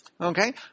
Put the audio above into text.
Okay